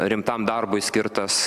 rimtam darbui skirtas